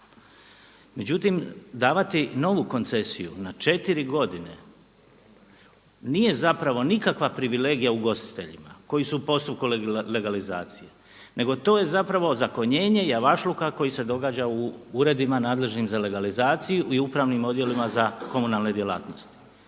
Međutim davati novu koncesiju na četiri godine nije nikakva privilegija ugostiteljima koji su u postupku legalizacije nego to je ozakonjenje javašluka koji se događa u uredima nadležnim za legalizaciju i upravnim odjelima za komunalne djelatnosti.